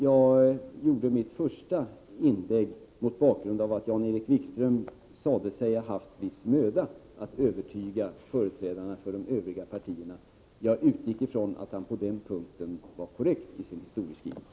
Jag gjorde mitt första inlägg mot bakgrund av att Jan-Erik Wikström sade sig ha haft viss möda att övertyga företrädarna för de övriga partierna, och jag utgick från att han på den punkten var korrekt i sin historieskrivning.